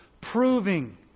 proving